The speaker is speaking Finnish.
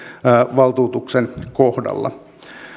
valtuutuksen kohdalla